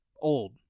old